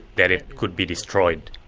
that it could be destroyed.